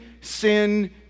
sin